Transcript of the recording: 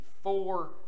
four